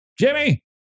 Jimmy